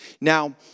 Now